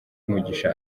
mugisha